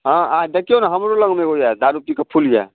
हँ अहाँ देखियौ ने हमरो लगमे एगो यए दारू पीकऽ फुल यऽ